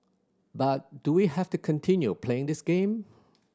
but do we have to continue playing this game